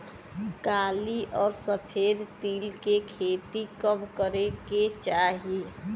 काली अउर सफेद तिल के खेती कब करे के चाही?